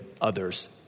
others